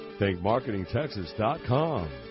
ThinkMarketingTexas.com